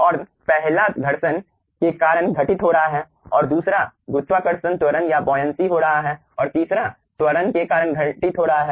तो पहला घर्षण के कारण घटित हो रहा है और दूसरा गुरुत्वाकर्षण त्वरण या बोयनसी हो रहा है और तीसरा त्वरण के कारण घटित हो रहा है